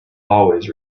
always